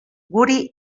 guri